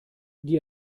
die